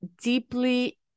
deeply